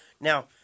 Now